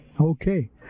Okay